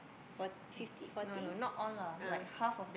four fifty fourty ah